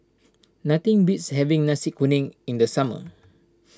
nothing beats having Nasi Kuning in the summer